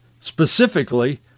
specifically